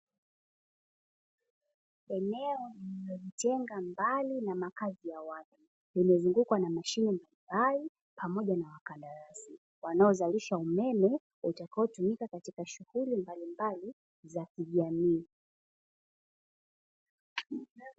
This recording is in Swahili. Eneo lililojitenga mbali na makazi ya watu limezungukwa na mashine mbalimbali pamoja na wakandarasi. wanaozalisha umeme utakaotumika katika shughuli mbalimbali za kijamii.